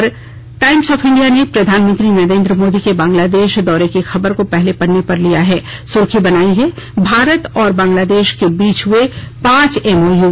और Times of India ने प्रधानमंत्री नरेद्र मोदी के बांग्लादेश दौरे की खबर को पहले पन्ने पर लिया है सुर्खी बनायी है भारत और बांग्लादेश की बीच हुए पांच एमओयू